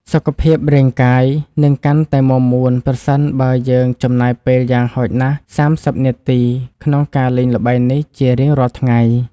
សុខភាពរាងកាយនឹងកាន់តែមាំមួនប្រសិនបើយើងចំណាយពេលយ៉ាងហោចណាស់សាមសិបនាទីក្នុងការលេងល្បែងនេះជារៀងរាល់ថ្ងៃ។